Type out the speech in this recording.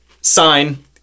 sign